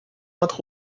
entre